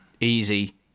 Easy